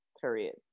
period